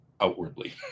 outwardly